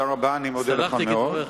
סלחתי כדבריך.